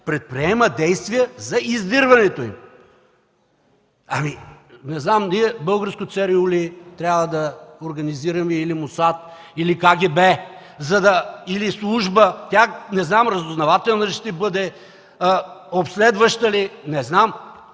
предприема действия за издирването им.” Не знам, ние българско ЦРУ ли трябва да организираме, или МОСАД, или КГБ, или служба? Разузнавателна ли ще бъде, обследваща ли, не знам?!